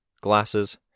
Glasses